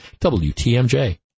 WTMJ